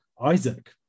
isaac